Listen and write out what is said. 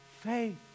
faith